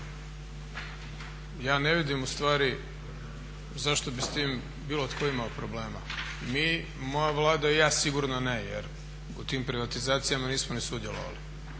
Ja ne vidim u stvari zašto bi s tim bilo tko imao problema. Mi, moja Vlada i ja sigurno ne, jer u tim privatizacijama nismo ni sudjelovali,